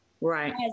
Right